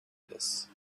this